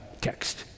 text